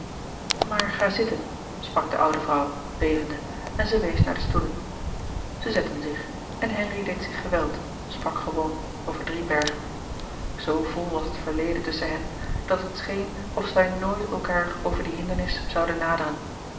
maar ga zitten sprak de oude vrouw bevende en zij wees naar de stoelen zij zetten zich en henri deed zich geweld sprak gewoon over driebergen zoo vol was het verleden tusschen hen dat het scheen of zij nooit elkaâr over die hindernis zouden naderen